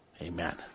Amen